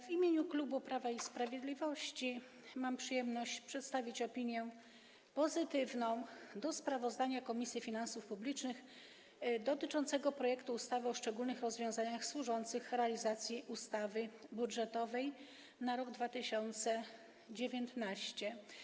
W imieniu klubu Prawa i Sprawiedliwości mam przyjemność przedstawić pozytywną opinię wobec sprawozdania Komisji Finansów Publicznych dotyczącego projektu ustawy o szczególnych rozwiązaniach służących realizacji ustawy budżetowej na rok 2019.